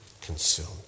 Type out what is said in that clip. consumed